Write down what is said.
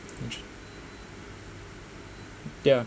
ya